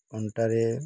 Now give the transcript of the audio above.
ଅଣ୍ଟାରେ